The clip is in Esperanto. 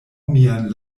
mian